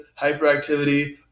hyperactivity